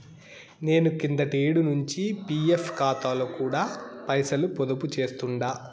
నేను కిందటేడు నించి పీఎఫ్ కాతాలో కూడా పైసలు పొదుపు చేస్తుండా